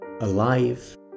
alive